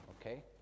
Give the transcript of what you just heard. Okay